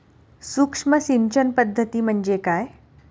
सूक्ष्म सिंचन पद्धती म्हणजे काय?